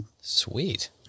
Sweet